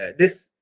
ah this